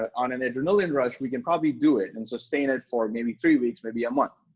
ah on an adrenaline rush we can probably do it and sustain it for maybe three weeks, maybe a month,